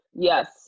Yes